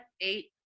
eight